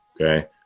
Okay